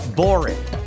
boring